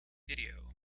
video